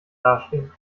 dastehen